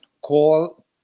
call